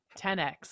10x